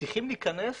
צריכים להיכנס